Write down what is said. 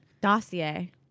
Dossier